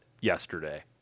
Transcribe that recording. yesterday